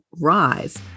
Rise